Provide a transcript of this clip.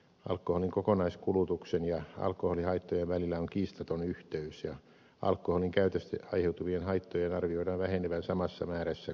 alkoholin kokonaiskulutuksen ja alkoholihaittojen välillä on kiistaton yhteys ja alkoholin käytöstä aiheutuvien haittojen arvioidaan vähenevän samassa suhteessa kuin kokonaiskulutuksen